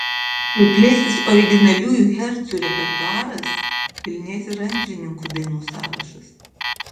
kai plėsis originaliųjų hercų repertuaras pilnės ir antrininkų dainų sąrašas